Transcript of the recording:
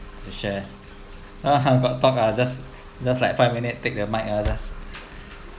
share got talk ah just just like five minutes take the mic ah just